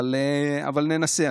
אבל ננסה.